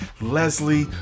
leslie